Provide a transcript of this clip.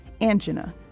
angina